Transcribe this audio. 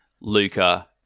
Luca